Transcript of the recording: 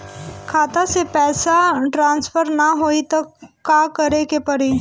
खाता से पैसा टॉसफर ना होई त का करे के पड़ी?